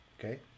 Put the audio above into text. okay